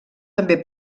també